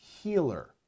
healer